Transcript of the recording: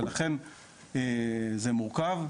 לכן זה מורכב.